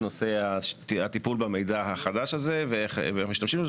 נושא הטיפול במידע החדש הזה ואיך משתמשים בו,